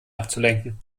abzulenken